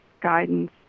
guidance